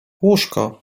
łóżko